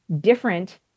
different